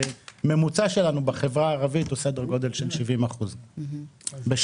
הממוצע שלנו בחבר הערבית הוא סדר גודל של 70 אחוזים בשנה.